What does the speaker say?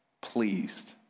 pleased